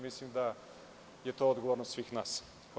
Mislim da je to odgovornost svih nas.